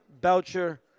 Belcher